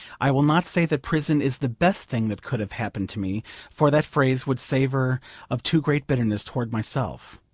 i will not say that prison is the best thing that could have happened to me for that phrase would savour of too great bitterness towards myself.